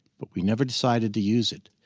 but we never decided to use it.